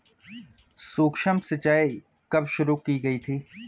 सूक्ष्म सिंचाई कब शुरू की गई थी?